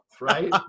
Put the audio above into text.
right